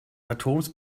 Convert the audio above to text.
atoms